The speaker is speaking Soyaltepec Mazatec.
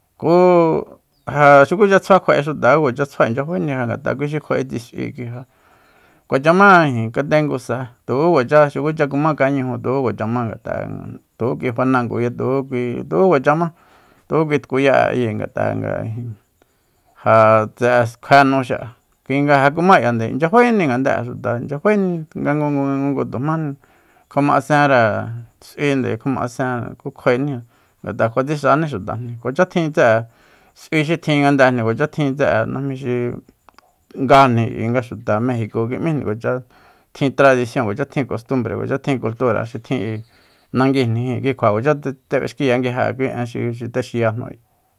Ku ja xukucha tsjua kjua'e xuta kuacha tsjua inchya faéni ngat'a kui xi kjua'e tsi s'ui kui ja kuacha má katengu sa tuku kuachá xukucha kumá kañuju tuku kuacha ma ngat'a'e tuku kui fanango tuku kui tuku kuacha má tuku kui tkuya'e ayi ngat'a'e ijin ja tse kjué nu xi'a kuinga ja kumák'ia ja inchya faéni ngade'e xuta inchya faéni ngangungu ngangungu tujmáni kjomaasenre s'uinde kjoma asen ku kjuaeni ngat'a kjua tsixani xutajni kuacha tjin ts'e súi xi tjin ngandejni kuacha tjin tse'e najmi xi ngajni k'ui nga xuta mejico kim'íjni kuacha tjin tradision kuacha tjin kostmbre kuacha tjin cultu xi tjin k'ui nanguijnijin ki kjua kuacha tje b'exkiya nguije'an kui en xi texiyajnu